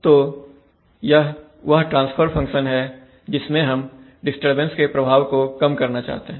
तो यह वह ट्रांसफर फंक्शन हैजिसमें हम डिस्टरबेंस के प्रभाव को कम करना चाहते हैं